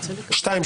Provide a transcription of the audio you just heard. שניים,